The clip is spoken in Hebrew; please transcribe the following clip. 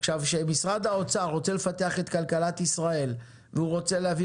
כשמשרד האוצר רוצה לפתח את כלכלת ישראל ולהביא